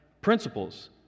principles